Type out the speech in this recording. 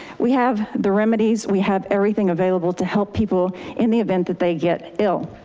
we have the remedies, we have everything available to help people in the event that they get ill.